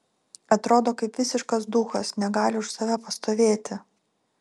atrodo kaip visiškas duchas negali už save pastovėti